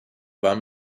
war